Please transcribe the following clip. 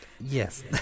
Yes